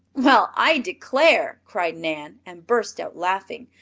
well, i declare! cried nan, and burst out laughing.